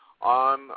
On